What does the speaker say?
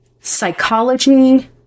psychology